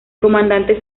comandante